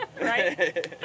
Right